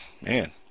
Man